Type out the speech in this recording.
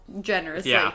generously